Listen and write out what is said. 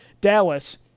Dallas